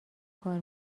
کار